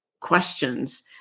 questions